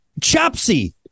Chopsy